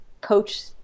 coach